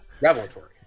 revelatory